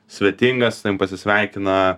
svetingas pasisveikina